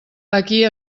aquí